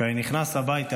כשאני נכנס הביתה,